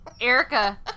Erica